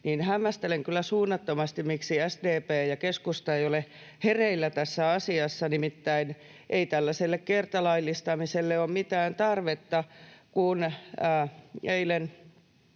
niin hämmästelen kyllä suunnattomasti, miksi SDP ja keskusta eivät ole hereillä asiassa, nimittäin ei tällaiselle kertalaillistamiselle ole mitään tarvetta, kun täällä